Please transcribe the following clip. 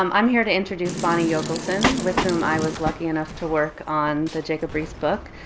um i'm here to introduce bonnie yochelson with whom i was lucky enough to work on the jacob riis book,